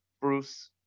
Bruce –